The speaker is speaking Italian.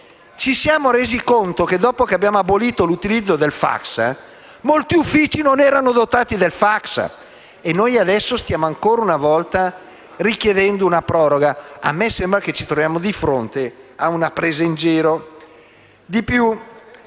Ci siamo resi conto, dopo che abbiamo abolito l'utilizzo del *fax*, che molti uffici non ne erano dotati. E noi adesso, ancora una volta, stiamo chiedendo una proroga? A me sembra che ci troviamo di fronte ad una presa in giro.